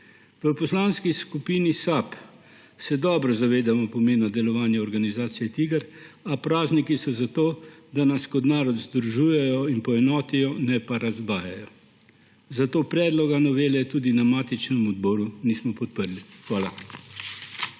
V Poslanski skupini SAB se dobro zavedamo pomena delovanja organizacije TIGR, a prazniki so zato, da nas kot narod združujejo in poenotijo, ne pa razdvajajo. Zato predloga novele tudi na matičnem odboru nismo podprli. Hvala.